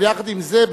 אבל יחד עם זה,